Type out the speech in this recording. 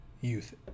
youth